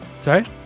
sorry